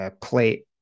plate